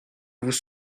vous